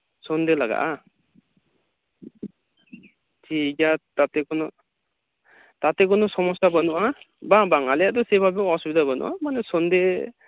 ᱥᱚᱱᱫᱷᱮ ᱞᱟᱜᱟᱼᱟ ᱴᱷᱤᱠ ᱜᱮᱭᱟ ᱛᱟᱛᱮ ᱠᱚᱱᱚ ᱛᱟᱛᱮ ᱠᱚᱱᱚ ᱥᱚᱢᱚᱥᱥᱟ ᱵᱟᱹᱱᱩᱜᱼᱟ ᱵᱟᱝ ᱵᱟᱝ ᱟᱞᱮᱭᱟᱜ ᱫᱚ ᱥᱮᱵᱷᱟᱵᱮ ᱚᱥᱩᱵᱤᱫᱟ ᱵᱟᱹᱱᱩᱜᱼᱟ ᱢᱟᱱᱮ ᱥᱚᱱᱫᱷᱮ